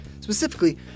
Specifically